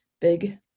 big